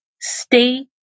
stay